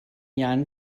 jahren